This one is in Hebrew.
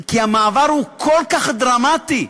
המעבר הוא כל כך דרמטי,